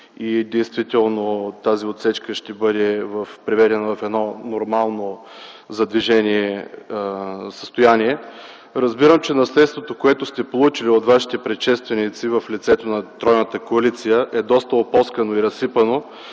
и действително тази отсечка ще бъде приведена в едно нормално за движение състояние. Разбирам, че наследството, което сте получили от вашите предшественици в лицето на тройната коалиция, е доста опоскано и разсипано,